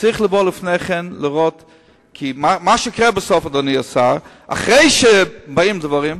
כי מה שיקרה בסוף, אדוני השר, אחרי שבאים דברים,